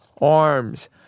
arms